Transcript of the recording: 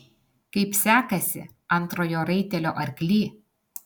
kaip sekasi antrojo raitelio arkly